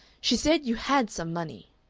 she said you had some money.